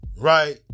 Right